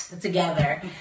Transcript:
together